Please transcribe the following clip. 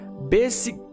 Basic